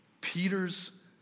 Peter's